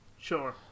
sure